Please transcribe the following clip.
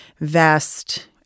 vest